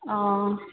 অঁ